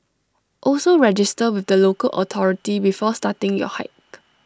also register with the local authority before starting your hike